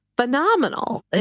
phenomenal